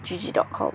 G_G dot com